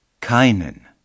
keinen